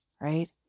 Right